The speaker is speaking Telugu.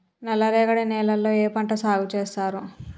నల్లరేగడి నేలల్లో ఏ పంట సాగు చేస్తారు?